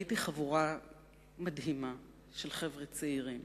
ראיתי חבורה מדהימה של חבר'ה צעירים